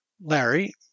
Larry